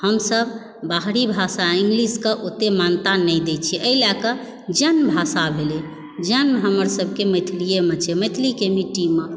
हमसभ बाहरी भाषा इंग्लिशक ओतए मान्यता नहि दय छी अहि लएकऽ जन्मभाषा भेलय जन्म हमर सभके मैथिलीएमे छै मैथिलीके मिट्टीमऽ